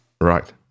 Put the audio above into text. Right